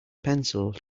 pencil